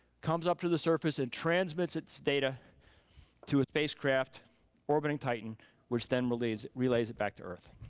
comes up to the surface and transmits its data to a spacecraft orbiting titan which then relays relays it back to earth.